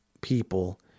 people